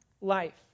life